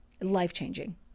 life-changing